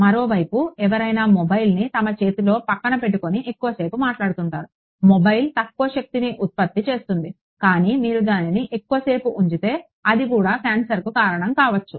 మరోవైపు ఎవరైనా మొబైల్ని తమ చేతి పక్కన పెట్టుకుని ఎక్కువసేపు మాట్లాడుతున్నారు మొబైల్ తక్కువ శక్తిని ఉత్పత్తి చేస్తుంది కానీ మీరు దానిని ఎక్కువసేపు ఉంచితే అది కూడా క్యాన్సర్కు కారణం కావచ్చు